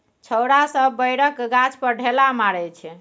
छौरा सब बैरक गाछ पर ढेला मारइ छै